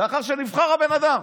לאחר שנבחר הבן אדם.